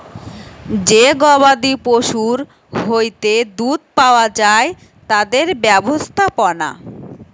যে গবাদি পশুর হইতে দুধ পাওয়া যায় তাদের ব্যবস্থাপনা